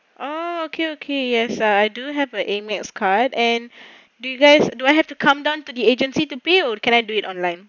oh okay okay yes I do have an Amex card and do you guys do I have to come down to the agency to pay or can I do it online